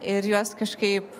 ir juos kažkaip